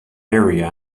area